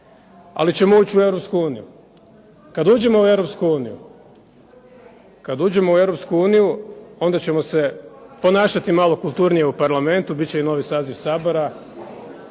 ali ćemo ući u EU. Kad uđemo u Europsku uniju onda ćemo se ponašati malo kulturnije u Parlamentu, bit će i novi saziv Sabora,